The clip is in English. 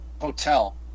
hotel